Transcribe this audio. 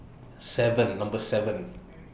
seven Number seven